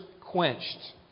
quenched